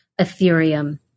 Ethereum